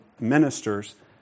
ministers